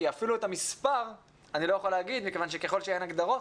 כי אפילו את המספר אני לא יכול להגיד מכיוון שככל שאין הגדרות,